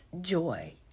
joy